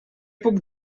puc